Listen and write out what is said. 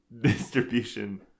distribution